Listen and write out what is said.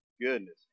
Goodness